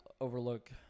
overlook